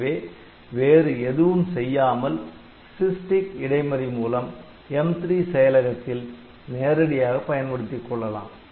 எனவே வேறு எதுவும் செய்யாமல் SysTick இடைமறி மூலம் M3 செயலகத்தில் நேரடியாக பயன்படுத்திக் கொள்ளலாம்